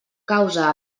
causa